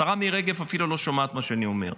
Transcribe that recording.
השרה מירי רגב אפילו לא שומעת מה שאני אומר.